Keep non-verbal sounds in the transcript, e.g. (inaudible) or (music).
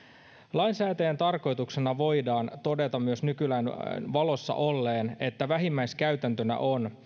lainsäätäjän tarkoituksena voidaan todeta myös nykylain valossa olleen että vähimmäiskäytäntönä on (unintelligible)